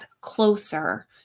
closer